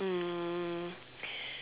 um